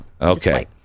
Okay